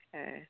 Okay